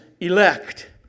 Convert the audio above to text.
elect